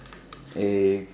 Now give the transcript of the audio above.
if